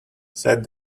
said